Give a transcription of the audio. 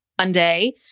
Monday